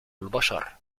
البشر